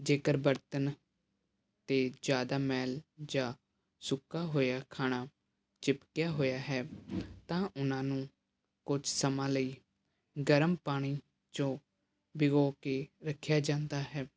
ਜੇਕਰ ਬਰਤਨ 'ਤੇ ਜ਼ਿਆਦਾ ਮੈਲ ਜਾਂ ਸੁੱਕਾ ਹੋਇਆ ਖਾਣਾ ਚਿਪਕਿਆ ਹੋਇਆ ਹੈ ਤਾਂ ਉਹਨਾਂ ਨੂੰ ਕੁਝ ਸਮਾਂ ਲਈ ਗਰਮ ਪਾਣੀ 'ਚੋ ਭਿਗੋ ਕੇ ਰੱਖਿਆ ਜਾਂਦਾ ਹੈ